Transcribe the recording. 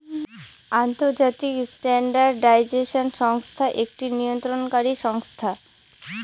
আন্তর্জাতিক স্ট্যান্ডার্ডাইজেশন সংস্থা একটি নিয়ন্ত্রণকারী সংস্থা